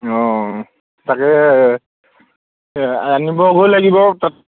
অঁ তাকে আনিবগৈ লাগিব তাত